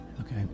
Okay